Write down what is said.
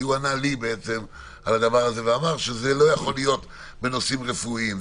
הוא ענה לי על זה ואמר שזה לא יכול להיות בנושאים רפואיים,